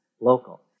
local